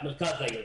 את מרכז העיר,